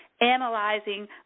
analyzing